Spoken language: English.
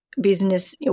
business